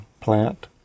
plant